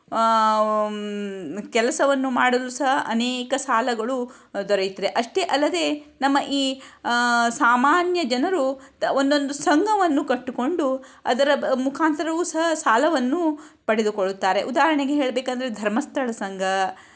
ಕೆಲಸವನ್ನು ಮಾಡಲು ಸಹ ಅನೇಕ ಸಾಲಗಳು ದೊರೆಯುತ್ತದೆ ಅಷ್ಟೆ ಅಲ್ಲದೆ ನಮ್ಮ ಈ ಸಾಮಾನ್ಯ ಜನರು ಒಂದೊಂದು ಸಂಘವನ್ನು ಕಟ್ಟಿಕೊಂಡು ಅದರ ಬ ಮುಖಾಂತರವೂ ಸಹ ಸಾಲವನ್ನು ಪಡೆದುಕೊಳ್ಳುತ್ತಾರೆ ಉದಾಹರಣೆಗೆ ಹೇಳಬೇಕೆಂದ್ರೆ ಧರ್ಮಸ್ಥಳ ಸಂಘ